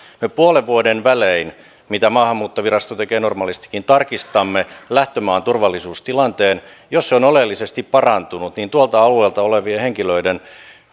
me puolen vuoden välein niin kuin maahanmuuttovirasto tekee normaalistikin tarkistamme lähtömaan turvallisuustilanteen jos se on oleellisesti parantunut niin tuolta alueelta olevien henkilöiden